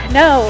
no